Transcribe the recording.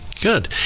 Good